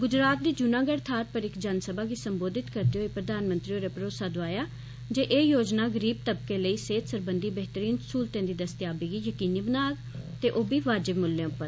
गुजरात दी जूनागढ़ थाहर पर इक जनसभा गी संबोधत करदे होई प्रधानमंत्री होरें भरोसा दोआया ज एह् योजना गरीब तबके लेई सेहत सरबंधी बेहतरीन सहूलतें दी दस्तेयाबी गी जकीनी बनाग ते ओह् बीवाजिब मुल्लें पर